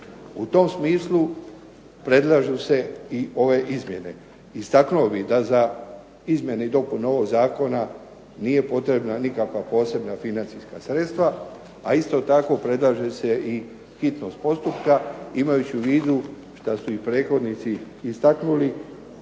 U tom smislu predlažu se i ove izmjene. Istaknuo bih da za izmjene i dopune ovog zakona nisu potrebna nikakva posebna financijska sredstva. A isto tako predlaže se hitnog postupka imajući u vidu što su i prethodnici istaknuli